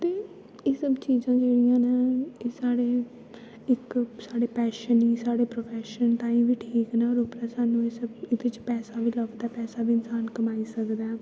ते एह् सब्भ चीजां जेह्ड़ियां न एह् साढ़े इक साढ़े पैशन गी साढ़े प्रफैशन ताईं बी ठीक न और उप्परां सानूं इस एह्दे च पैसा बी लब्भदा ऐ पैसा बी इंसान कमाई सकदा ऐ